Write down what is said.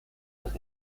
los